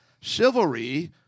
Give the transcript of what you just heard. Chivalry